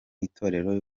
itorero